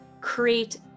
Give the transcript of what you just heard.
create